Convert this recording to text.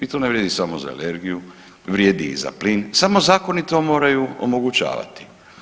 I to ne vrijedi samo za energiju, vrijedi i za plin samo zakonito moraju omogućavati.